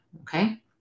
okay